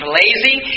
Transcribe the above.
lazy